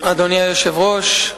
אדוני היושב-ראש,